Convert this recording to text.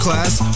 Class